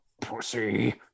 Pussy